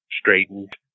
straightened